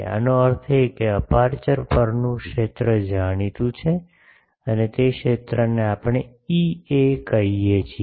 આનો અર્થ એ કે આ અપેરચ્યોર પરનું ક્ષેત્ર જાણીતું છે અને તે ક્ષેત્રને આપણે Ea કહીએ છીએ